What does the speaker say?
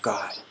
God